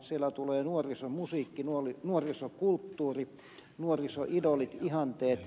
siellä tulee nuorisomusiikki nuorisokulttuuri nuorisoidolit ihanteet